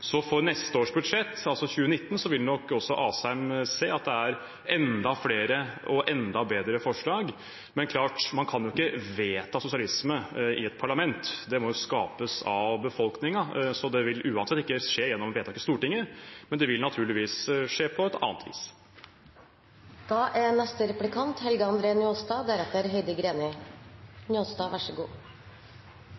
så for neste års budsjett, altså 2019, vil nok også Asheim se at det er enda flere og enda bedre forslag. Men det er klart: Man kan ikke vedta sosialisme i et parlament, det må skapes av befolkningen. Så det vil uansett ikke skje gjennom vedtak i Stortinget, det vil naturligvis skje på annet